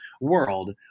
world